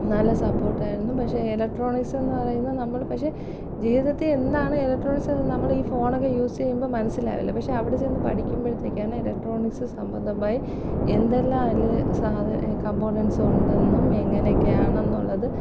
നല്ല സപ്പോർട്ടായിരുന്നു പക്ഷെ എലക്ട്രോണിക്സെന്ന് പറയുമ്പോള് നമ്മള് പക്ഷെ ജീവിതത്തില് എന്താണ് എലക്ട്രോണിക്സെന്ന് നമ്മളീ ഫോണൊക്കെ യൂസെയ്യുമ്പോള് മനസ്സിലാവില്ല പക്ഷെ അവിടെ ചെന്ന് പഠിക്കുമ്പോഴത്തേക്കാണ് ഇലക്ട്രോണിക്സ് സംബന്ധമായി എന്തെല്ലാം കംപോണേൻസ് ഉണ്ടെന്നും എങ്ങനെയൊക്കെയാണെന്നുള്ളത്